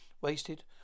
wasted